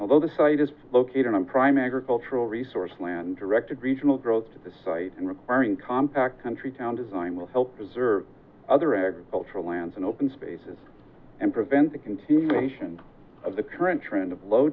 although the site is located in a prime agricultural resource land directed regional growth to the site and requiring compact country town design will help preserve other agricultural lands and open spaces and prevent the continuation of the current trend of low